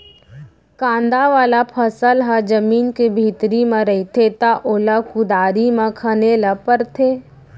कांदा वाला फसल ह जमीन के भीतरी म रहिथे त ओला कुदारी म खने ल परथे